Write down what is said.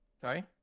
Sorry